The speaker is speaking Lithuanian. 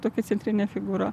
tokia centrine figūra